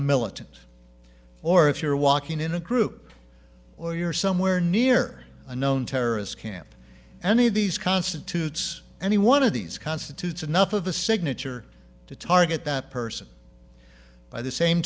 militant or if you're walking in a group or you're somewhere near a known terrorist camp any of these constitutes any one of these constitutes enough of a signature to target that person by the same